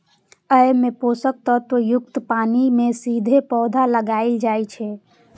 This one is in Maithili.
अय मे पोषक तत्व युक्त पानि मे सीधे पौधा उगाएल जाइ छै